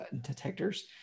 detectors